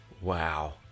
Wow